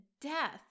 Death